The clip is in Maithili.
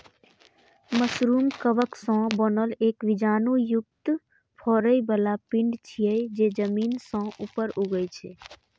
मशरूम कवक सं बनल एक बीजाणु युक्त फरै बला पिंड छियै, जे जमीन सं ऊपर उगै छै